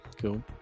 Cool